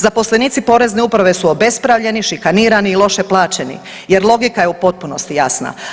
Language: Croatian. Zaposlenici Porezne uprave su obespravljeni, šikanirani i loše plaćeni, jer logika je u potpunosti jasna.